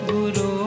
Guru